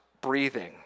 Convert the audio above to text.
breathing